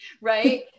right